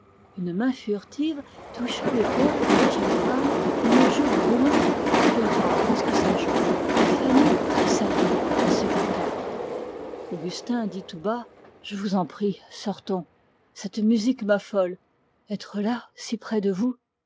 une main furtive toucha l'épaule de la jeune femme une joue brûlante effleura presque sa joue et fanny tressaillit à ce contact augustin dit tout bas cette musique m'affole être là si près de vous